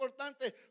importante